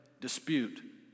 dispute